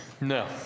No